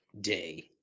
Day